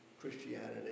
Christianity